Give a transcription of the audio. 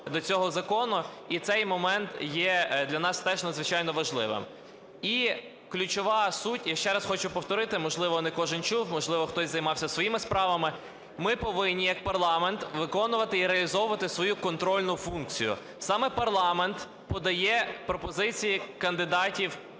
до цього закону. І цей момент є для нас теж надзвичайно важливим. І ключова суть, я ще раз хочу повторити, можливо не кожен чув, можливо хтось займався своїми справами. Ми повинні як парламент виконувати і реалізовувати свою контрольну функцію. Саме парламент подає пропозиції кандидатів